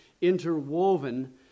interwoven